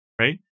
right